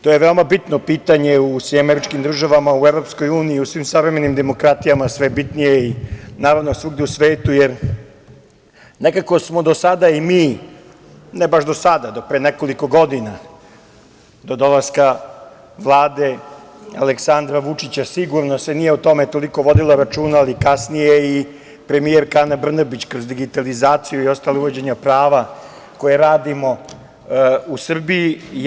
To je veoma bitno pitanje u SAD, u Evropskoj uniji, u svim savremenim demokratijama, sve je bitnije, naravno, svugde u svetu, jer nekako smo do sada i mi, ne baš do sada, do pre nekoliko godina, do dolaska vlade Aleksandra Vučića sigurno se nije o tome toliko vodilo računa, ali kasnije je i premijerka Ana Brnabić kroz digitalizaciju i ostalo, uvođenja prava koja radimo u Srbiji.